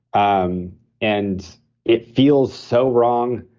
um and it feels so wrong.